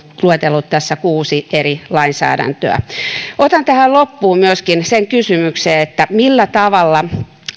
luetellut tässä kuusi eri lainsäädäntöä otan tähän loppuun myöskin sen kysymyksen millä tavalla